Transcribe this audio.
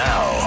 Now